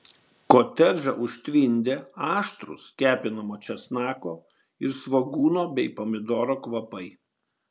kotedžą užtvindė aštrūs kepinamo česnako ir svogūno bei pomidoro kvapai